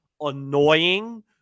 annoying